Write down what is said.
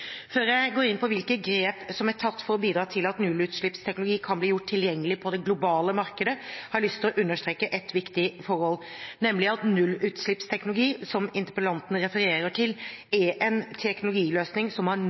Før jeg går inn på hvilke grep som er tatt for å bidra til at nullutslippsteknologi kan bli gjort tilgjengelig på det globale markedet, har jeg lyst til å understreke et viktig forhold, nemlig at nullutslippsteknologi, som interpellanten refererer til, er en teknologiløsning som har